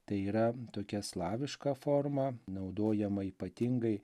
tai yra tokia slaviška forma naudojama ypatingai